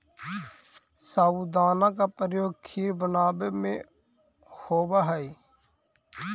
साबूदाना का प्रयोग खीर बनावे में होवा हई